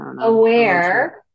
Aware